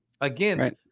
Again